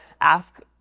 ask